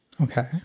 Okay